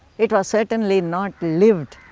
it was certainly not lived.